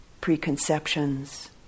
preconceptions